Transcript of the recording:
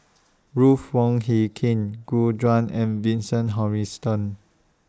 Ruth Wong Hie King Gu Juan and Vincent Hoisington